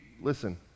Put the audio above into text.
Listen